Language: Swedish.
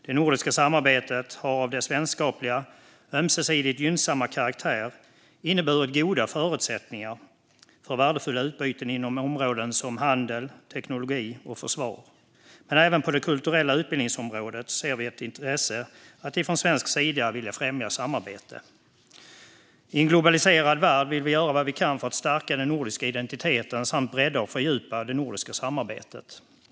Det nordiska samarbetet har med sin vänskapliga, ömsesidigt gynnsamma karaktär inneburit goda förutsättningar för värdefulla utbyten inom områden som handel, teknologi och försvar. Men även på det kulturella utbildningsområdet ser vi ett intresse i att från svensk sida vilja främja samarbete. I en globaliserad värld vill vi göra vad vi kan för att stärka den nordiska identiteten samt bredda och fördjupa det nordiska samarbetet.